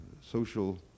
social